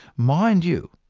mind you,